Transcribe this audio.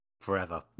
Forever